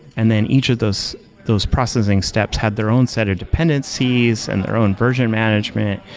and then each of those those processing steps had their own set of dependencies and their own version management.